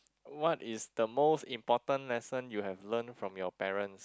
what is the most important lesson you have learn from your parents